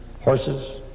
horses